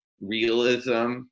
realism